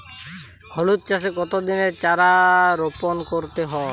হলুদ চাষে কত দিনের চারা রোপন করতে হবে?